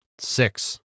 Six